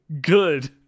good